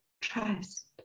trust